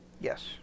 Yes